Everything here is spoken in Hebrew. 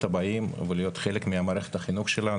הבאים ולהיות חלק ממערכת החינוך שלנו.